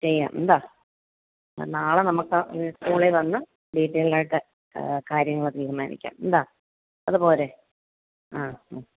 ചെയ്യാം എന്താ നാളെ നമുക്ക് അങ്ങ് സ്കൂളിൽ വന്ന് ഡീറ്റൈൽ ആയിട്ട് കാര്യങ്ങൾ തീരുമാനിക്കാം എന്താ അതുപോരെ ആ അ